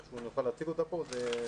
איך שאנחנו לא הופכים את זה, ברור